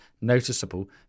noticeable